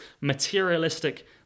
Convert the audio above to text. materialistic